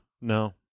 no